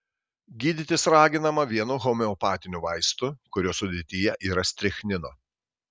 gydytis raginama vienu homeopatiniu vaistu kurio sudėtyje yra strichnino